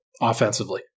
offensively